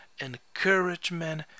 encouragement